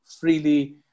freely